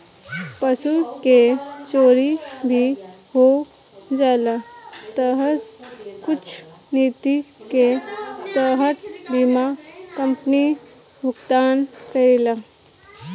पशु के चोरी भी हो जाला तऽ कुछ निति के तहत बीमा कंपनी भुगतान करेला